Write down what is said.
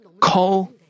call